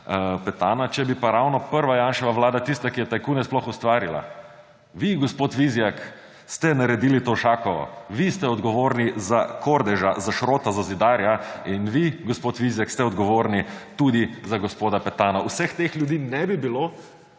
Petana, če pa je bila ravno prva Janševa vlada tista, ki je tajkune sploh ustvarila. Vi, gospod Vizjak, ste naredili Tovšakovo, vi ste odgovorni za Kordeža, za Šrota, za Zidarja in vi, gospod Vizjak, ste odgovorni tudi za gospoda Petana. Vseh teh ljudi ne bi bilo,